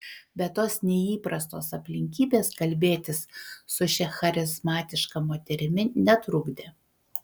bet tos neįprastos aplinkybės kalbėtis su šia charizmatiška moterimi netrukdė